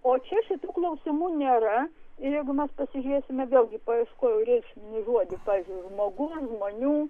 o čia šitų klausimų nėra ir jeigu mes pasižiūrėsime vėlgi paieškojau reikšminį žodį pavyzdžiui žmogus žmonių